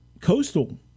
Coastal